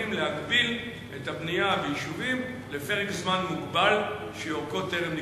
מוכנים להגביל את הבנייה ביישובים לפרק זמן מוגבל שאורכו טרם נקבע.